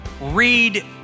read